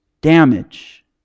damage